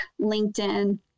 LinkedIn